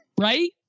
Right